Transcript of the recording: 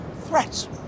threats